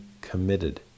committed